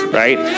right